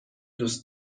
دوست